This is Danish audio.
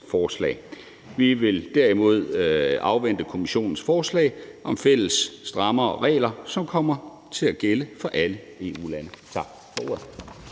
Vi vil derimod afvente Kommissionens forslag om fælles strammere regler, som kommer til at gælde for alle EU-lande. Tak